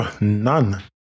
none